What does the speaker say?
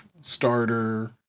starter